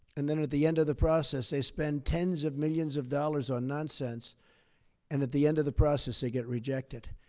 and then at the end of the process they spend tens of millions of dollars on nonsense and at the end of the process, they get rejected.